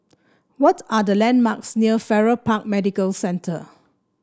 what are the landmarks near Farrer Park Medical Centre